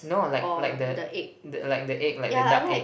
no like like the the like the egg like the duck egg